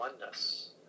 oneness